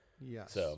Yes